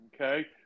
okay